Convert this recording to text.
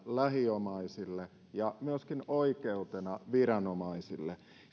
lähiomaisille ja myöskin oikeutena viranomaisille